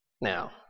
Now